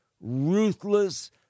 ruthless